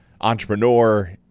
entrepreneur